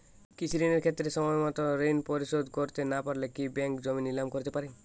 কৃষিঋণের ক্ষেত্রে সময়মত ঋণ পরিশোধ করতে না পারলে কি ব্যাঙ্ক জমি নিলাম করতে পারে?